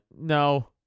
no